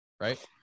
right